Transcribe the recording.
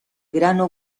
grano